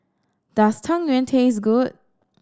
does Tang Yuen taste good